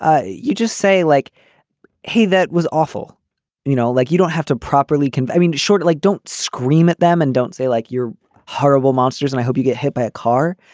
you just say like hey that was awful you know like you don't have to properly convey i mean short it like don't scream at them and don't say like you're horrible monsters and i hope you get hit by a car.